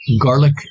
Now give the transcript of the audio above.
garlic